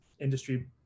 industry